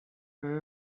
were